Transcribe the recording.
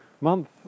month